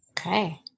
Okay